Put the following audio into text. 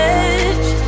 edge